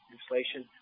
inflation